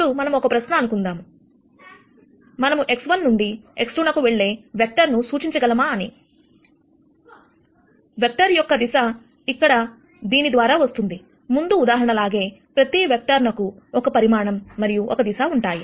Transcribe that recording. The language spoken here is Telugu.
ఇప్పుడు మనము ఒక ప్రశ్న అనుకుందాం మనము x1 నుండి x2 నకు వెళ్లే వెక్టర్ ను సూచించగలమా అని వెక్టర్ యొక్క దిశ ఇక్కడ దీని ద్వారా వస్తుందిముందు ఉదాహరణ లాగే ప్రతి వెక్టార్ నకు ఒక పరిమాణం మరియు ఒక దిశ ఉంటాయి